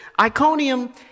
Iconium